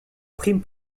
prime